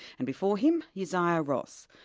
and before him, ysaiah ross,